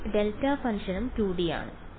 വിദ്യാർത്ഥി ഈ ഡെൽറ്റ ഫംഗ്ഷനും 2D ആണ്